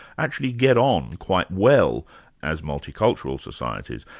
actually get on quite well as multicultural societies.